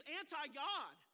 anti-God